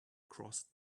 crossed